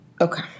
Okay